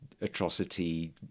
atrocity